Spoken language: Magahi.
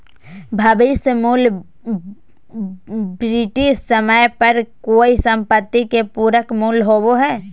भविष्य मूल्य विशिष्ट समय पर कोय सम्पत्ति के पूरक मूल्य होबो हय